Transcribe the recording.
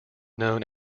known